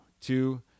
two